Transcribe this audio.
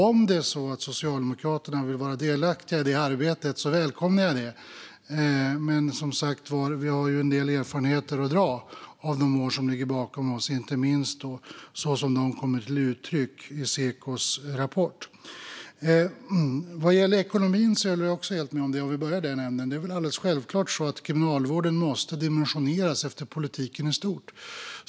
Om Socialdemokraterna vill vara delaktiga i det arbetet välkomnar jag det, men vi har en del erfarenheter att dra av de år som ligger bakom oss, inte minst som de kommer till uttryck i Sekos rapport. Låt oss börja med ekonomin. Det är alldeles självklart så att Kriminalvården måste dimensioneras efter politiken i stort.